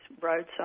roadside